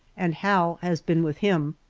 and hal has been with him.